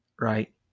Right